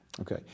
Okay